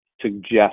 suggest